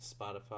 Spotify